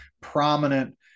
prominent